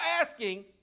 asking